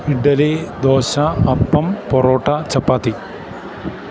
idli dosa appam parotta ചപ്പാത്തി